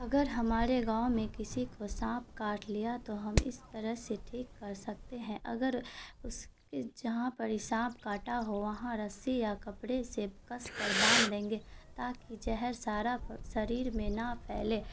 اگر ہمارے گاؤں میں کسی کو سانپ کاٹ لیا تو ہم اس طرح سے ٹھیک کر سکتے ہیں اگر اس کے جہاں پر سانپ کاٹا ہو وہاں رسی یا کپڑے سے کس کر باندھ دیں گے تاکہ زہر سارا شریر میں نہ پھیلے